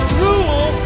rule